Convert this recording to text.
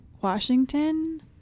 Washington